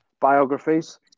biographies